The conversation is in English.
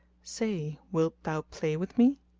say, wilt thou play with me?